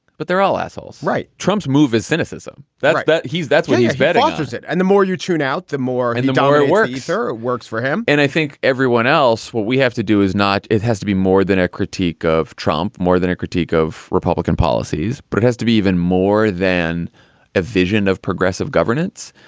but they're all assholes, right? trump's move is cynicism. that's that he's that's what he's betting so is it? and the more you tune out, the more and the migrant worker so works for him and i think everyone else. well we have to do is not it has to be more than a critique of trump, more than a critique of republican policies. but it has to be even more than a vision of progressive governance.